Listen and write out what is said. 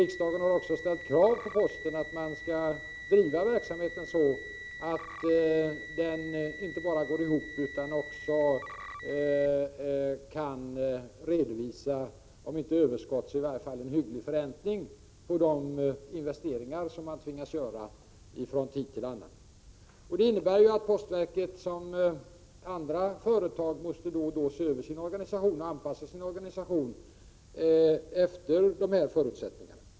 Riksdagen har också ställt krav på postverket när det gäller den verksamheten. Den skall bedrivas så att den inte bara går ihop utan också ger om inte ett överskott, så i varje fall en hygglig förräntning på de investeringar som man tvingas att göra från tid till annan. Det innebär att postverket som andra företag då och då måste se över sin organisation och anpassa den efter dessa förutsättningar.